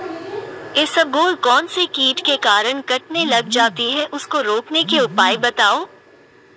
इसबगोल कौनसे कीट के कारण कटने लग जाती है उसको रोकने के उपाय बताओ?